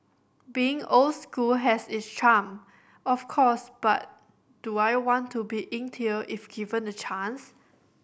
being old school has its charm of course but do I want to be inked here if given the chance